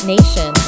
Nation